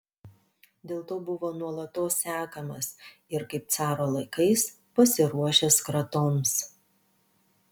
dėl to buvo nuolatos sekamas ir kaip caro laikais pasiruošęs kratoms